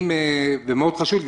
זה מאוד חשוב.